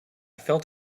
felt